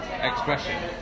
expression